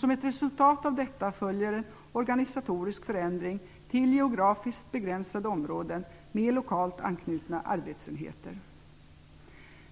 Som ett resultat av detta följer en organisatorisk förändring till geografiskt begränsade områden med lokalt anknutna arbetsenheter.